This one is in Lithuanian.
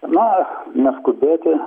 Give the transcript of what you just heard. na neskubėti